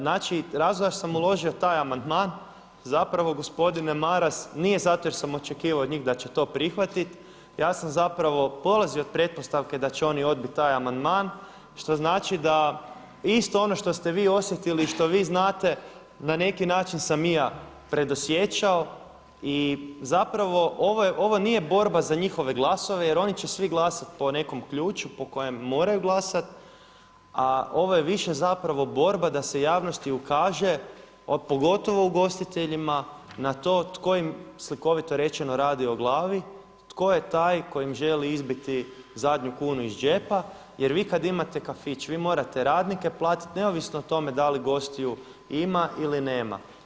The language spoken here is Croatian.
Znači razlog zašto sam uložio taj amandman zapravo gospodine Maras nije zato jer sam očekivao od njih da će to prihvatiti, ja sam zapravo polazio od pretpostavke da će oni odbiti taj amandman što znači da isto ono što ste vi osjetili i što vi znate na neki način sam i ja predosjećao i zapravo ovo nije borba za njihove glasove jer oni će svi glasati po nekom ključu po kojem moraju glasati, a ovo je više borba da se javnosti ukaže pogotovo ugostiteljima na to tko im slikovito rečeno radi o glavni, tko je taj koji im želi izbiti zadnju kunu iz džepa jer vi kada imate kafić vi morate radnike platiti neovisno o tome da li gostiju ima ili nema.